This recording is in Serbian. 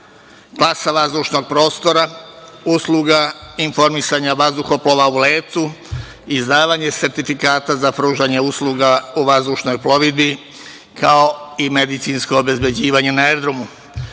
masa vazdušnog prostora, usluga, informisanje vazduhoplova u letu, izdavanje sertifikata za pružanje usluga u vazdušnoj plovidbi, kao i medicinsko obezbeđivanje na aerodromu. Ostala